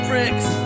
Pricks